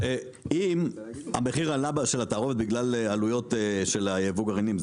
אם המחיר של התערובת עלה בגלל עלויות ייבוא הגרעינים,